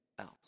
else